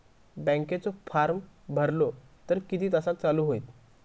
बँकेचो फार्म भरलो तर किती तासाक चालू होईत?